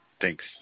Thanks